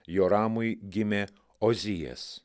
joramui gimė ozijas